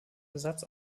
ersatz